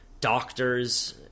doctors